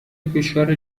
کشور